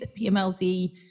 PMLD